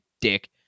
dick